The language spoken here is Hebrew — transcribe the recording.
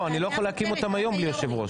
לא, אני לא יכול להקים אותם היום בלי יושב-ראש.